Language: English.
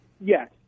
Yes